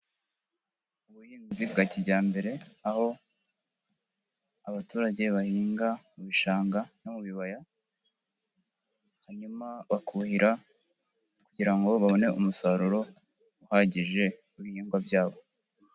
Ubuhinzi bwa kijyambere aho abaturage bahinga mu bishanga no mu bibaya, hanyuma bakuhira, kugira ngo babone umusaruro, uhagije w'ibihingwa byabo.